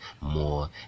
more